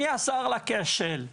מי עזר לכשל?